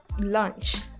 lunch